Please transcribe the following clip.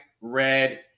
red